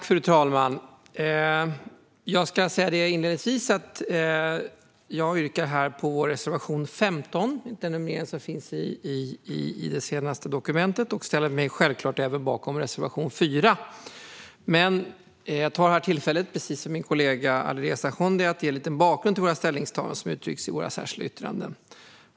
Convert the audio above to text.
Fru talman! Jag ska inledningsvis säga att jag yrkar bifall till reservation 15. Jag ställer mig självklart även bakom reservation 4. Men jag tar här tillfället, precis som min kollega Alireza Akhondi, att ge en liten bakgrund till våra ställningstaganden som uttrycks i våra särskilda yttranden.